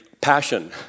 passion